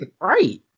Right